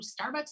Starbucks